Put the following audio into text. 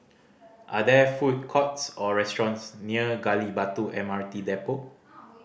are there food courts or restaurants near Gali Batu M R T Depot